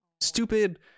Stupid